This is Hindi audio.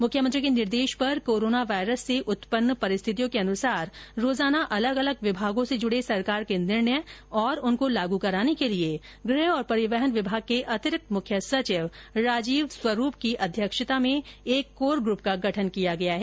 मुख्यमंत्री के निर्देश पर कोरोना वायरस से उत्पन्न परिस्थितियों के अनुसार रोजाना अलग अलग विभागों से जुड़े सरकार के निर्णय तथा उनकों लागू कराने के लिए गृह और परिवहन विभाग के अतिरिक्त मुख्य सचिव राजीव स्वरूप की अध्यक्षता में एक कोर ग्रूप का गठन किया गया है